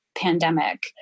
pandemic